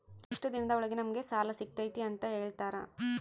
ಎಷ್ಟು ದಿನದ ಒಳಗೆ ನಮಗೆ ಸಾಲ ಸಿಗ್ತೈತೆ ಅಂತ ಹೇಳ್ತೇರಾ?